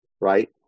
right